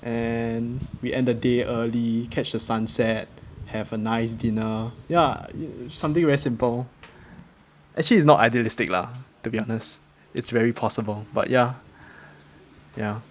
and we end the day early catch the sunset have a nice dinner ya something very simple actually it's not idealistic lah to be honest it's very possible but ya ya